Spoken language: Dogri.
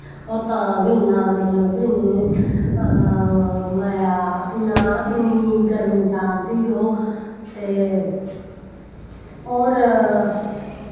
ओह् तां बी इयां मतलव कि इन्नी मज़ा इन्नी गर्मी चाढ़दी ओह् ते होर